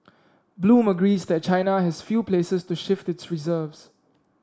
bloom agrees that China has few places to shift its reserves